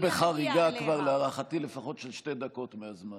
את בחריגה כבר להערכתי של לפחות שתי דקות מהזמן.